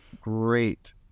great